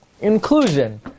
inclusion